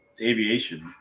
aviation